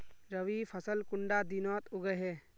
रवि फसल कुंडा दिनोत उगैहे?